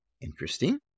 Interesting